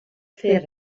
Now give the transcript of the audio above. fer